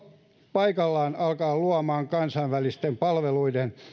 paikallaan alkaa luomaan kansainvälisten palveluiden